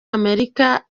amerika